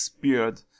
beard